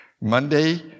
Monday